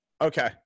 Okay